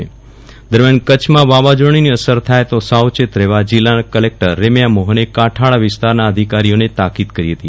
વિરલ રાણા તંત્ર સાબદું કચ્છ દરમ્યાન કચ્છમાં વાવાઝોડાની અસર થાય તો સાવચેત રહેવા જીલ્લા કલેકટર રેમ્યા મોહને કાંઠાળ વિસ્તારના અધિકારીઓને તાકીદ કરી હતી